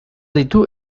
ditu